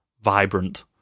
vibrant